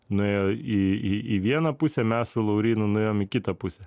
nuėjo į į į vieną pusę mes su laurynu nuėjom į kitą pusę